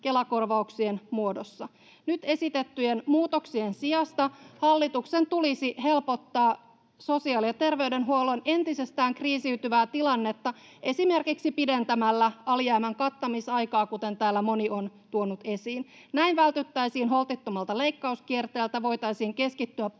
Kela-korvauksien muodossa. Nyt esitettyjen muutoksien sijasta hallituksen tulisi helpottaa sosiaali- ja terveydenhuollon entisestään kriisiytyvää tilannetta esimerkiksi pidentämällä alijäämän kattamisaikaa, kuten täällä moni on tuonut esiin. Näin vältyttäisiin holtittomalta leikkauskierteeltä ja voitaisiin keskittyä